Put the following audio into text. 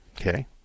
Okay